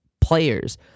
players